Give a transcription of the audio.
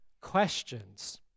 questions